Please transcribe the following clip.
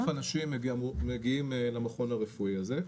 כ-30,000 אנשים מגיעים למכון הרפואי הזה.